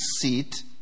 seat